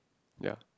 ya